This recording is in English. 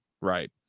right